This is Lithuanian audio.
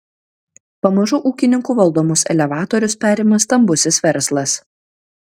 pamažu ūkininkų valdomus elevatorius perima stambusis verslas